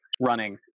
running